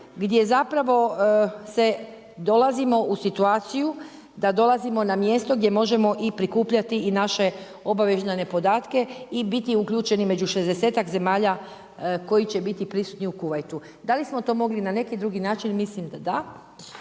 gdje zapravo se dolazimo u situaciju da dolazimo na mjesto gdje možemo i prikupljati i naše obavještajne podatke i biti uključeni među 60-tak zemalja koji će biti prisutni u Kuvajtu. Da li smo to mogli na neki drugi način mislim da da.